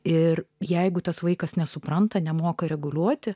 ir jeigu tas vaikas nesupranta nemoka reguliuoti